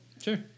Sure